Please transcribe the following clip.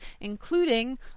Including